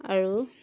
আৰু